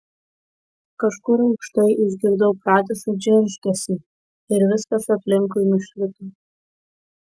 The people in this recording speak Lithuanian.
kažkur aukštai išgirdau pratisą džeržgesį ir viskas aplinkui nušvito